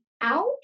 ouch